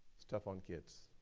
it's tough on kids.